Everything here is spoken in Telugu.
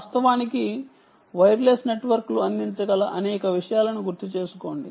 వాస్తవానికి వైర్లెస్ నెట్వర్క్లు అందించగల అనేక విషయాలను గుర్తుచేసుకోండి